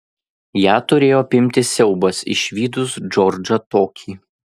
ją turėjo apimti siaubas išvydus džordžą tokį